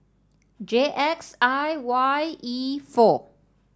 J X I Y E four